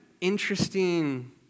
interesting